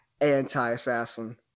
anti-assassin